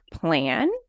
plan